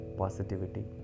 positivity